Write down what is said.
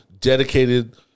Dedicated